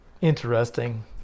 Interesting